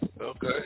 okay